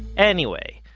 anyway,